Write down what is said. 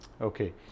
okay